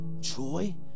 joy